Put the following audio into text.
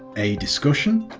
a discussion